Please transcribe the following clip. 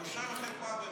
בושה וחרפה באמת.